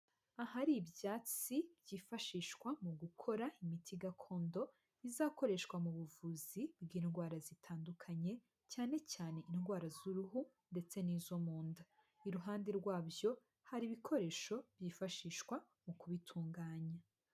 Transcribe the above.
Ahari ibyatsi byifashishwa mu gukora imiti gakondo izakoreshwa mu buvuzi bw'indwara zitandukanye, cyane cyane indwara z'uruhu ndetse n'izo mu nda, iruhande rwabyo hari ibikoresho byifashishwa mu kubitunganya.